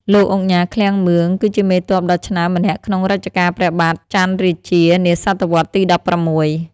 លោកឧកញ៉ា ឃ្លាំងមឿង គឺជាមេទ័ពដ៏ឆ្នើមម្នាក់ក្នុងរជ្ជកាលព្រះបាទច័ន្ទរាជា នាសតវត្សទី១៦។